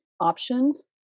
options